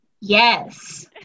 yes